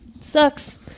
Sucks